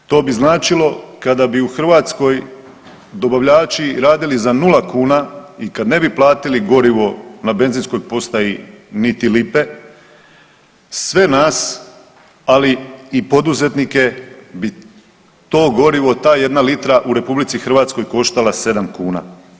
Hipotetski, to bi značilo kada bi u Hrvatskoj dobavljači radili za 0 kuna, i kad ne bi platili gorivo na benzinskoj postaji niti lipe, sve nas ali i poduzetnike bi to gorivo, ta jedna litra u RH koštala 7kn.